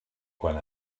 quan